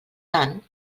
sant